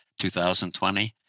2020